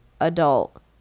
adult